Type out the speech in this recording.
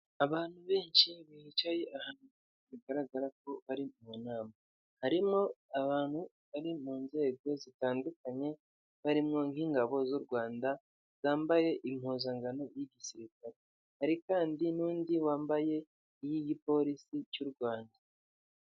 Abantu benshi bicaye ahantu bigaragara ko ari mu nama, harimo abantu bari mu nzego zitandukanye barimwo nk'ingabo z'u Rwanda zambaye impuzankano y'igisirikare, hari kandi n'undi wambaye iy'igipolisi cy'u Rwanda.